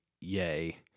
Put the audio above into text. yay